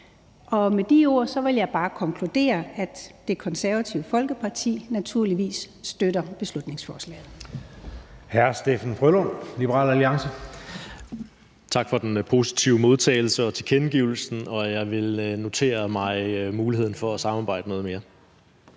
Med de ord vil jeg bare konkludere, at Det Konservative Folkeparti naturligvis støtter beslutningsforslaget.